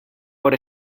por